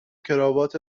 کراوات